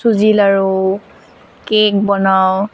চুজি লাড়ু কেক বনাওঁ